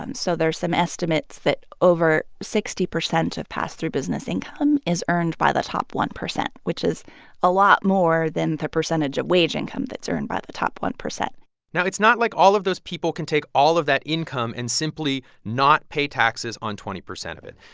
um so there are some estimates that over sixty percent of pass-through business income is earned by the top one percent, which is a lot more than the percentage of wage income that's earned by the top one percent now, it's not like all of those people can take all of that income and simply not pay taxes on twenty percent of it.